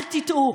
אל תטעו,